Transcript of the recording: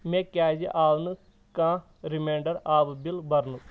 مےٚ کیٛازِِ آو نہٕ کانٛہہ ریمنانڑر آبہٕ بِل برنُک؟